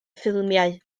ffilmiau